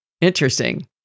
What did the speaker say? interesting